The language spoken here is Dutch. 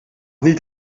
niet